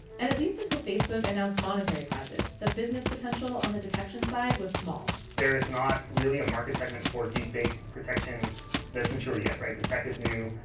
and at least until facebook announced monetary prizes, the business potential on the detection side was small. there's not really a market segment for deepfake protection that's mature yet. the tech is new.